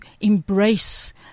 embrace